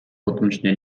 гудамжны